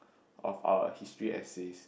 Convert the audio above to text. of our history essays